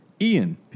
Ian